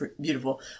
beautiful